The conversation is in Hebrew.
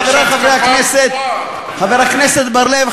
חבר הכנסת בר-לב,